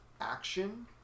action